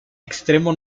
extremo